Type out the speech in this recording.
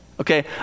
okay